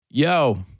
Yo